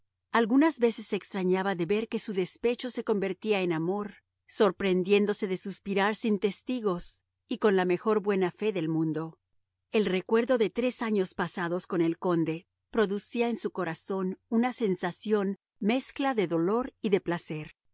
algunas veces se extrañaba de ver que su despecho se convertía en amor sorprendiéndose de suspirar sin testigos y con la mejor buena fe del mundo el recuerdo de tres años pasados con el conde producía en su corazón una sensación mezcla de dolor y de placer